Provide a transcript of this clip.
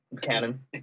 canon